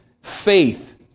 faith